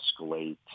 escalate